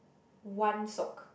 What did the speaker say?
one sock